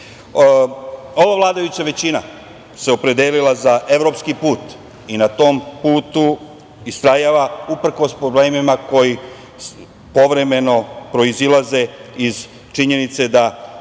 vladajuća većina se opredelila za evropski put i na tom putu istrajava uprkos problemima koji povremeno proizilaze iz činjenice da